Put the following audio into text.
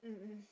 mm mm